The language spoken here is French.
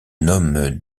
nomme